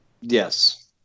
Yes